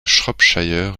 shropshire